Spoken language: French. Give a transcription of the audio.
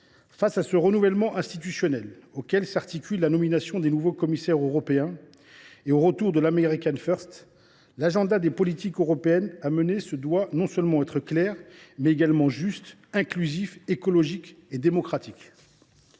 Face à ce renouvellement institutionnel, à la nomination des nouveaux commissaires européens et au retour de l’, l’agenda des politiques européennes doit non seulement être clair, mais également juste, inclusif, écologique et démocratique.